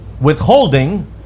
Withholding